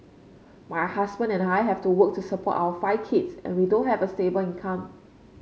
my husband and I have to work to support our five kids and we don't have a stable income